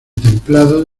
templado